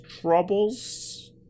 troubles